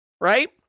right